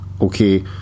okay